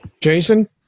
Jason